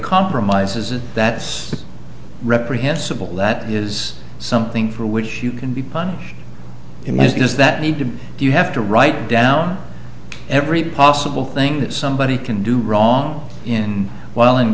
compromises that's reprehensible that is something for which you can be punished him is that need to do you have to write down every possible thing that somebody can do wrong in while in